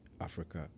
Africa